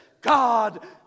God